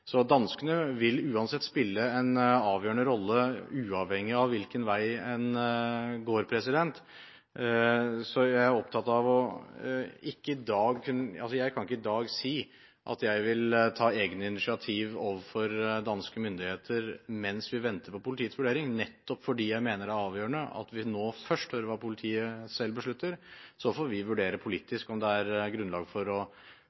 Så danskene vil uansett spille en avgjørende rolle, uavhengig av hvilken vei en går. Jeg kan ikke i dag si at jeg vil ta egne initiativ overfor danske myndigheter mens vi venter på politiets vurdering, nettopp fordi jeg mener det er avgjørende at vi nå først hører hva politiet selv beslutter. Så får vi vurdere politisk om det er grunnlag for å